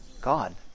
God